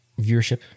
viewership